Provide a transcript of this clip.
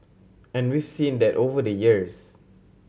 and we've seen that over the years